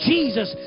Jesus